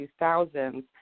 2000s